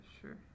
sure